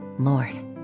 lord